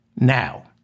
Now